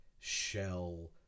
shell